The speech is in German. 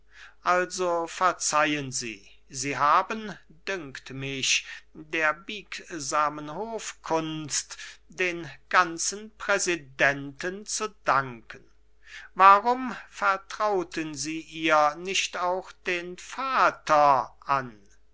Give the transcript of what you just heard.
also verzeihen sie sie haben dünkt mich der biegsamen hofkunst den ganzen präsidenten zu danken warum vertrauen sie ihr nicht auch den vater an